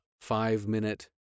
five-minute